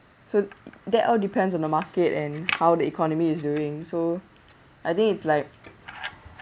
so that all depends on the market and how the economy is doing so I think it's like